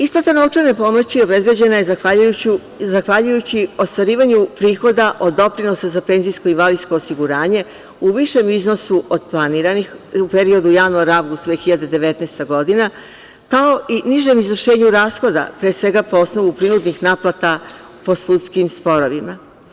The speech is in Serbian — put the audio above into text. Isplata novčane pomoći obezbeđena je zahvaljujući ostvarivanju prihoda od doprinosa za PIO u višem iznosu od planiranih, u periodu januar-avgust 2019. godina, kao i nižem izvršenju rashoda, pre svega po osnovu prinudnih naplata po sudskim sporovima.